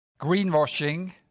Greenwashing